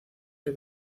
que